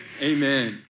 Amen